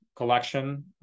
collection